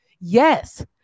yes